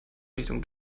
richtung